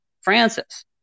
Francis